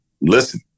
listen